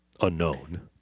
unknown